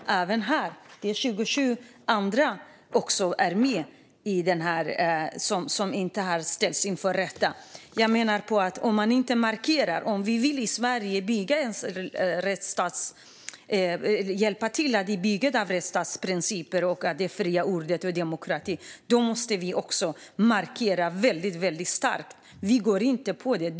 På den bild jag nu visar finns 27 andra, som inte har ställts inför rätta. Om vi i Sverige vill hjälpa till att bygga ett samhälle där rättsstatens principer, det fria ordet och demokrati respekteras måste vi också markera väldigt starkt. Vi går inte på det här.